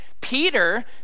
Peter